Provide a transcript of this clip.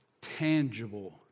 tangible